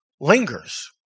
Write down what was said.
lingers